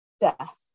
death